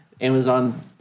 Amazon